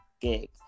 gig